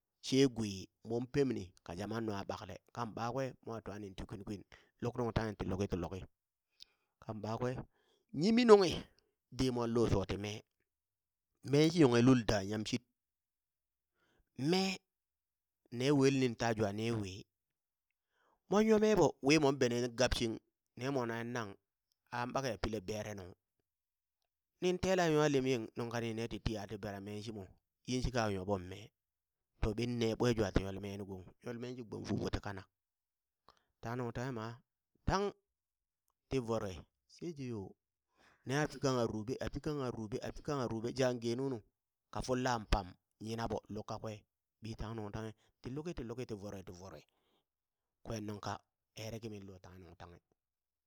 She gwi mon pemni ka jaman nungha ɓakle kan ɓakwe mwa twanin ti kwin kwin, luk nuŋ tanghe ti luki ti luki kan ɓakwe nyimi nunghi de mwa lo shoti mee, meen shi yonghe lul da yamshit, mee, ne wele nin ta jwa ni wii, mon nyome ɓo wimon bene gab shing ne mwa nanghe naŋ aŋ bakeya pilla bere nuŋ, nin tela nwa lem yeng nuŋ kani ne titi ati bera mee shimo, yinshika a nyo ɓoŋ mee, to ɓin ne ɓwe jwa ti nyol mee nu gong, nyol mee shi gbom fu ɓo ti kanak, tanghe nuŋ tanghe ma tang, ti voroe sheje yo neha pi kangha rube a pi kangha rube a pi kangha rube jaŋ ge nunu ka folan pam yina ɓo luk kakwe ɓi tang nuŋ tanghe ti luki ti luki ti voroe ti voroe kwen nungka ere kimi lo tanghe nuŋ ta nghe.